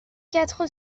quatre